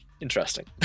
interesting